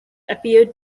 appeared